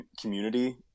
community